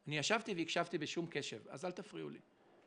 אני ישבתי והקשבתי בקשב, אז אל תפריעו לי.